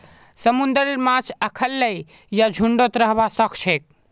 समुंदरेर माछ अखल्लै या झुंडत रहबा सखछेक